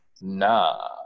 nah